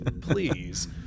please